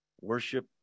Worship